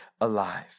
alive